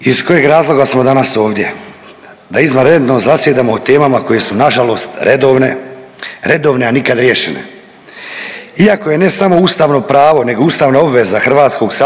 Iz kojeg razloga smo danas ovdje? Da izvanredno zasjedamo o temama koje su nažalost redovne, redovne, a nikad riješene. Iako je ne samo ustavno pravo nego i ustavna obveza HS